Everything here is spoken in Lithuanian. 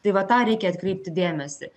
tai va tą reikia atkreipti dėmesį